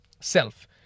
self